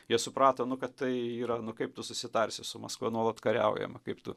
jie suprato nu kad tai yra nu kaip tu susitarsi su maskva nuolat kariaujama kaip tu